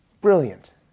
Brilliant